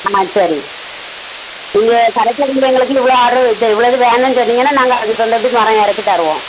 ஆ சரி நீங்கள் சரக்கு எங்களுக்கு இவ்வளோ ஆர்டரு இவ்வளோது வேணும்னு சொன்னீங்கன்னா நாங்கள் அதுக்கு தகுந்தாப்படி மரம் இறக்கித் தருவோம்